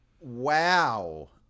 wow